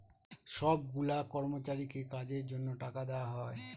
সব গুলা কর্মচারীকে কাজের জন্য টাকা দেওয়া হয়